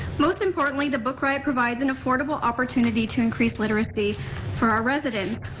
most importantly, the book riot provides an affordable opportunity to increase literacy for our residents.